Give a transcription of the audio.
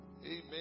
Amen